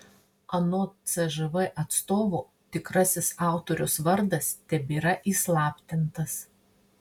anot cžv atstovo tikrasis autoriaus vardas tebėra įslaptintas